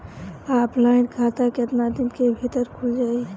Offline खाता केतना दिन के भीतर खुल जाई?